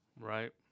Right